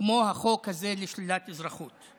כמו החוק הזה לשלילת אזרחות.